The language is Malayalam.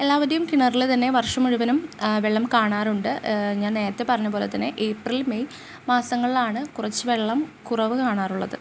എല്ലാവരുടെയും കിണറിൽ തന്നെ വർഷം മുഴുവനും വെള്ളം കാണാറുണ്ട് ഞാൻ നേരത്തെ പറഞ്ഞപോലെ തന്നെ ഏപ്രിൽ മെയ് മാസങ്ങളിലാണ് കുറച്ച് വെള്ളം കുറവ് കാണാറുള്ളത്